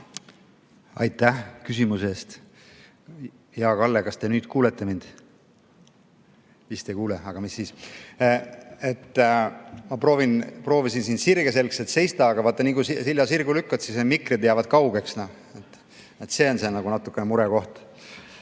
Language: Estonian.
Aitäh küsimuse eest! Hea Kalle, kas te nüüd kuulete mind? Vist ei kuule, aga mis siis. Ma proovisin siin sirge seljaga seista, aga nii kui selja sirgu lükkad, siis need mikrid jäävad kaugele. See on nagu natuke murekoht. Vaadake,